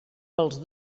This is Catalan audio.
pels